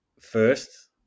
first